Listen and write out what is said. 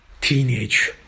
teenage